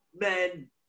men